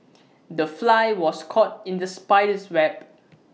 the fly was caught in the spider's web